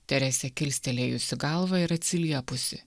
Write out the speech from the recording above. teresė kilstelėjusi galvą ir atsiliepusi